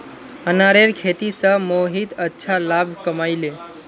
अनारेर खेती स मोहित अच्छा लाभ कमइ ले